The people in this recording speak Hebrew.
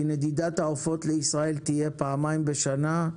כי נדידת העופות לישראל תהיה פעמיים בשנה,